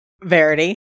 Verity